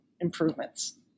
improvements